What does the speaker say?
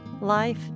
life